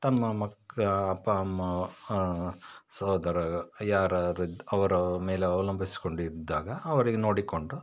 ತಮ್ಮ ಮಕ್ಕಳ ಅಪ್ಪ ಅಮ್ಮ ಸಹೋದರರು ಯಾರಾರದ್ದು ಅವರ ಮೇಲೆ ಅವಲಂಬಿಸ್ಕೊಂಡಿದ್ದಾಗ ಅವರಿಗೆ ನೋಡಿಕೊಂಡು